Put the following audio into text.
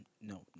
no